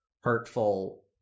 hurtful